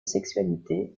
sexualité